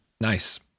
Nice